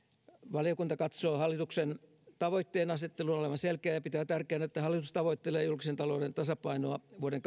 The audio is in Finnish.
valiokunta katsoo hallituksen tavoitteenasettelun olevan selkeä ja pitää tärkeänä että hallitus tavoittelee julkisen talouden tasapainoa vuoden